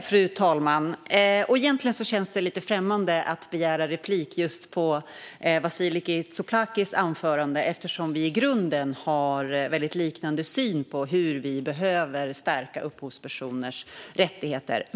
Fru talman! Egentligen känns det lite främmande att begära replik på just Vasiliki Tsouplakis anförande, eftersom vi i grunden har en väldigt liknande syn på hur vi behöver stärka upphovspersoners rättigheter.